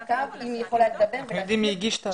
אתם יודעים מי הגיש את ההצעה?